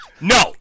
No